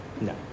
No